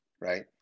Right